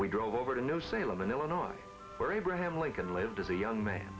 we drove over to new salem illinois where abraham lincoln lived as a young man